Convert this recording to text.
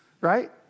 right